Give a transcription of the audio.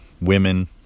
women